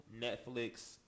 Netflix